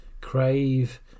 crave